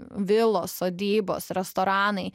vilos sodybos restoranai